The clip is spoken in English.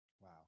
Wow